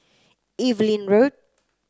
Evelyn Road